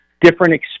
different